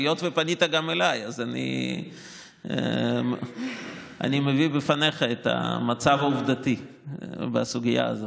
אבל היות שפנית גם אליי אז אני מביא בפניך את המצב העובדתי בסוגיה הזו.